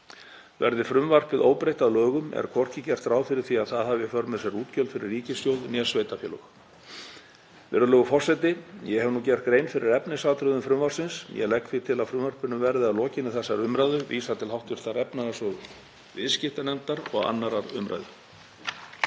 Verði frumvarpið óbreytt að lögum er hvorki gert ráð fyrir því að það hafi í för með sér útgjöld fyrir ríkissjóð né sveitarfélög. Virðulegur forseti. Ég hef nú gert grein fyrir efnisatriðum frumvarpsins. Ég legg því til að frumvarpinu verði að lokinni þessari umræðu vísað til hv. efnahags- og viðskiptanefndar og 2. umr.